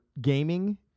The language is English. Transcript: gaming